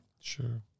Sure